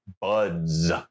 buds